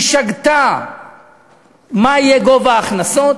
היא שגתה מה יהיה גובה ההכנסות,